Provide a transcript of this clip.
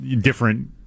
different